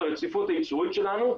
את הרציפות הייצורית שלנו,